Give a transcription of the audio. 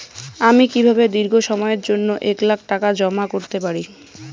আমি কিভাবে দীর্ঘ সময়ের জন্য এক লাখ টাকা জমা করতে পারি?